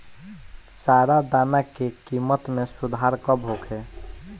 चारा दाना के किमत में सुधार कब होखे?